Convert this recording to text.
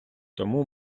тому